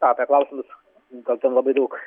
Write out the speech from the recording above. apie klausimus gal ten labai daug